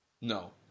No